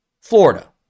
Florida